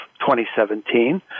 2017